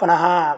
पुनः